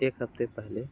एक हफ़्ते पहले